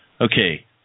Okay